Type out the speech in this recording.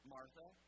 Martha